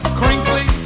crinkly